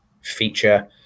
feature